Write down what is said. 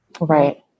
Right